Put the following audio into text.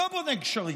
לא בונה גשרים,